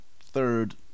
third